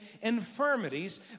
infirmities